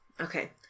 Okay